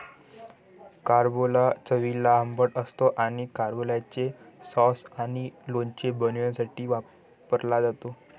carambola चवीला आंबट असतो आणि कॅरंबोलाचे सॉस आणि लोणचे बनवण्यासाठी वापरला जातो